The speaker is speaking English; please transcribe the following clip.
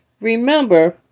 remember